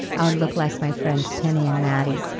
i would look like my friends, penny and maddie,